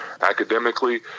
academically